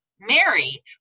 Mary